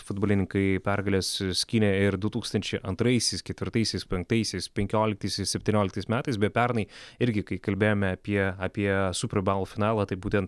futbolininkai pergales skynė ir du tūkstančiai antraisiais ketvirtaisiais penktaisiais penkioliktais ir septynioliktais metais beje pernai irgi kai kalbėjome apie apie super baul finalą tai būtent